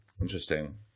Interesting